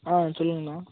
ஆ சொல்லுங்கண்ணா